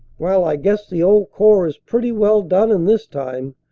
well, i guess the old corps is pretty well done in this time,